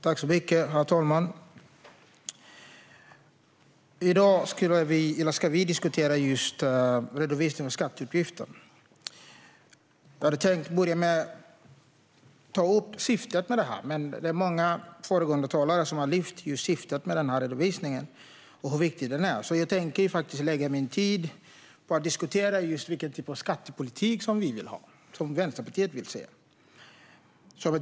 Herr talman! I dag ska vi diskutera redovisning av skatteutgifter. Jag hade tänkt börja med att ta upp syftet med detta, men många föregående talare har lyft just syftet med redovisningen och hur viktig den är. Jag tänkte därför lägga min tid på att diskutera vilken typ av skattepolitik som Vänsterpartiet vill se.